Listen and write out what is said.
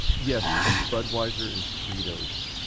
yes, budweiser and fritos